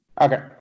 Okay